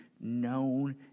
known